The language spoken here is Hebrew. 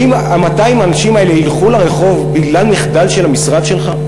האם 200 האנשים האלה ילכו לרחוב בגלל מחדל של המשרד שלך?